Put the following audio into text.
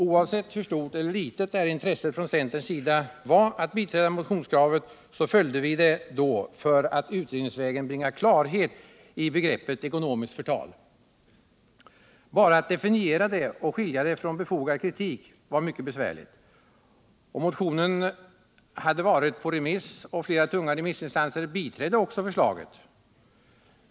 Oavsett hur stort eller hur litet intresset var hos centern att biträda motionskravet, så följde vi det då för att utredningsvägen bringa klarhet i begreppet ekonomiskt förtal. Bara att definiera begreppet och skilja det från befogad kritik var mycket besvärligt. Motionen hade varit på remiss, och flera tunga remissinstanser hade också biträtt förslaget.